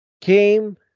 came